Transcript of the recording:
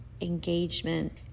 engagement